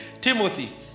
Timothy